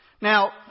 Now